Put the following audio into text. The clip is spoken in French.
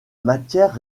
matière